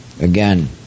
again